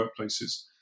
workplaces